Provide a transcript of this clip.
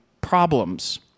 problems